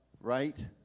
right